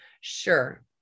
Sure